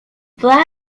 blair